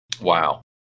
wow